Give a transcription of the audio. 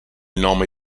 nome